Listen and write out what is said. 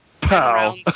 pow